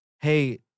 hey